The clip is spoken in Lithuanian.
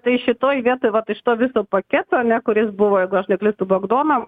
tai šitoj vietoj vat iš to viso paketo ane kuris buvo jeigu aš neklystu bagdona